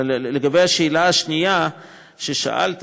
לשאלה השנייה ששאלת,